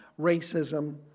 racism